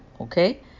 okay